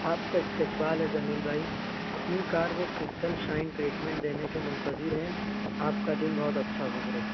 آپ کا استقبال ہے جمیل بھائی اپنی کار کو کرسٹل شائن ٹریٹمنٹ دینے کے منتظر ہیں آپ کا دن بہت اچھا گزرے